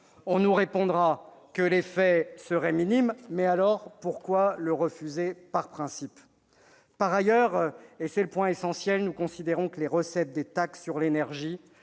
on nous répondra que son effet serait minime. Dès lors, pourquoi le refuser par principe ? Par ailleurs, et c'est le point essentiel, nous considérons que les recettes des taxes sur l'énergie